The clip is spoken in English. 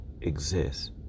exist